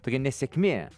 tokia nesėkmė